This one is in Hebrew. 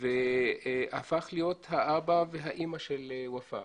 והפך להיות האבא והאמא של ופאא.